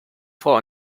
vor